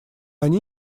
они